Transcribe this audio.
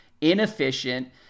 inefficient